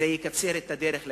זה יקצר את הדרך לגירושין.